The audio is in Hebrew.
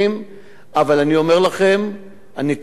אבל אני אומר לכם: הנתונים של המשטרה,